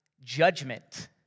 judgment